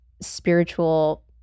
spiritual